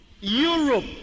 europe